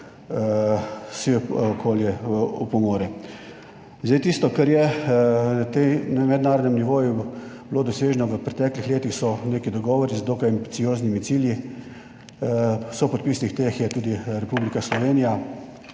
si okolje opomore. Tisto, kar je bilo na tem mednarodnem nivoju doseženo v preteklih letih, so neki dogovori z dokaj ambicioznimi cilji. Sopodpisnik teh je tudi Republika Slovenija.